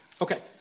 Okay